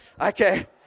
Okay